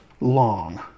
long